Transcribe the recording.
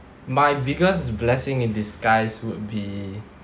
my biggest blessing in disguise would be